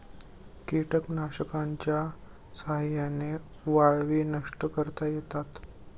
कीटकनाशकांच्या साह्याने वाळवी नष्ट करता येतात